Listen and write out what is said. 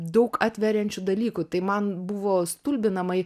daug atveriančių dalykų tai man buvo stulbinamai